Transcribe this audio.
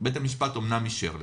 בית המשפט אמנם אישר לך,